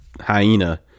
hyena